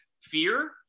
fear